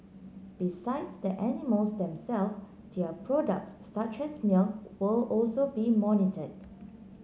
besides the animals them self their products such as milk will also be monitored